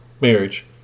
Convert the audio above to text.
marriage